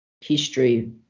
history